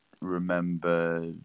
remember